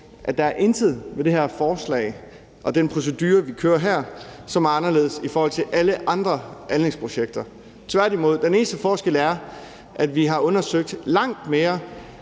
at der er intet ved det her forslag og den procedure, vi kører her, som er anderledes i forhold til alle andre anlægsprojekter. Tværtimod. Den eneste forskel er, at vi har undersøgt langt mere